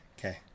Okay